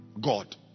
God